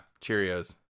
Cheerios